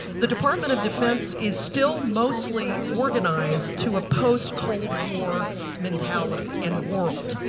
the department of defense is still mostly organized to a post cold war mentality and worldview.